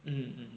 mm mm